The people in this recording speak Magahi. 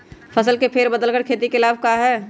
फसल के फेर बदल कर खेती के लाभ है का?